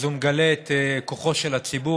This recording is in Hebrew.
אז הוא מגלה את כוחו של הציבור,